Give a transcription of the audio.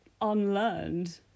unlearned